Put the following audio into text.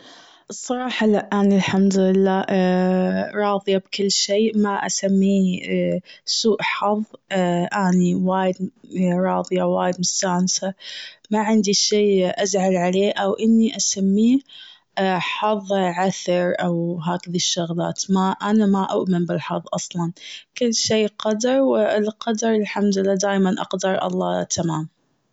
الصراحة لا، أنا الحمد لله راضية بكل شي ما اسميه سوء حظ أني وايد راضية وايد مستانسة ما عندي شي ازعل عليه أو أني اسميه حظ عسر أو هذي الشغلات ما أنا ما اؤمن الحظ أصلاً. كل شي قدر و القدر الحمد لله دايما أقدار الله تمام.